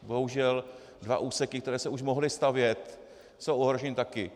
Bohužel dva úseky, které se už mohly stavět, jsou už ohroženy taky.